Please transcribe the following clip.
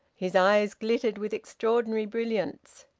his eyes glittered with extraordinary brilliance.